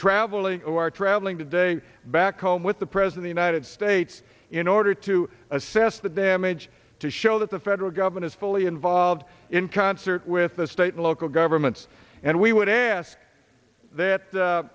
traveling or are traveling today back home with the pres in the united states in order to assess the damage to show that the federal government is fully involved in concert with the state and local governments and we would ask that